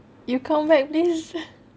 you come back this